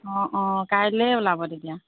অ' অ' কাইলৈ ওলাব তেতিয়া